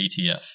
ETF